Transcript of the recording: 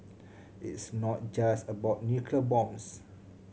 it's not just about nuclear bombs